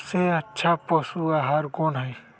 सबसे अच्छा पशु आहार कोन हई?